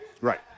Right